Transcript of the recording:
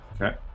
okay